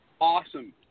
awesome